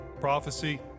prophecy